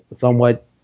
somewhat